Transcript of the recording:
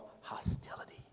hostility